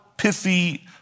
pithy